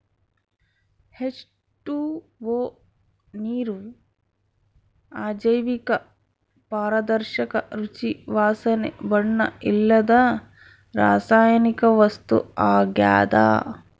H two O ನೀರು ಅಜೈವಿಕ ಪಾರದರ್ಶಕ ರುಚಿ ವಾಸನೆ ಬಣ್ಣ ಇಲ್ಲದ ರಾಸಾಯನಿಕ ವಸ್ತು ಆಗ್ಯದ